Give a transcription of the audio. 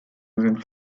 magazine